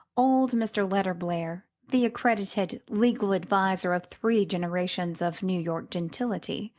old mr. letterblair, the accredited legal adviser of three generations of new york gentility,